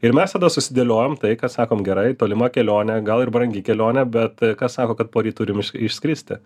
ir mes tada susidėliojom tai kad sakom gerai tolima kelionė gal ir brangi kelionė bet kas sako kad poryt turim iš išskristi